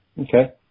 Okay